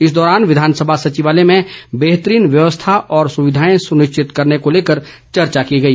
इस दौरान विधानसभा सचिवालय में बेहतरीन व्यवस्था और सुविधाएं सुनिश्चित करने को लेकर चर्चा की गई